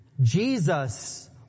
Jesus